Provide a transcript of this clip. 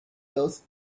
those